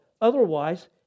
Otherwise